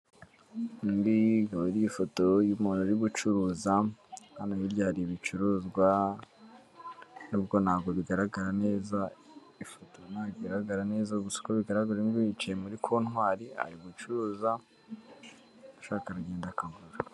Indi ikaba ari ifoto y'umuntu uri gucuruza hano hiryari ibicuruzwa nubwo ntabwo bigaragara neza ifoto ntago igaragara neza uko bigaragara yicaye muri kontwari arigucuruza ushaka aragenda akagura.